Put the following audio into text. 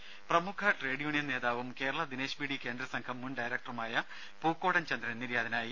രുമ പ്രമുഖ trade union നേതാവും കേരള ദിനേശ് ബീഡി കേന്ദ്ര സംഘം മുൻ ഡയറക്ടറുമായ പൂക്കോടൻ ചന്ദ്രൻ നിര്യാതനായി